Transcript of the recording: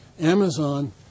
Amazon